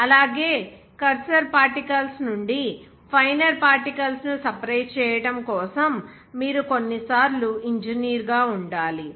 అలాగే coarser particles నుండి finer particles ను సెపెరేట్ చేయడం కోసం మీరు కొన్నిసార్లు ఇంజనీర్గా ఉండాలి